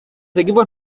equipos